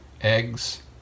Eggs